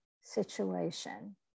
situation